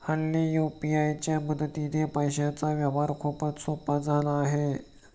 हल्ली यू.पी.आय च्या मदतीने पैशांचा व्यवहार खूपच सोपा झाला आहे